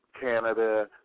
Canada